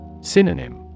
Synonym